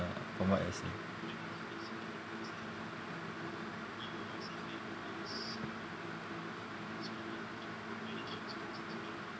from what I see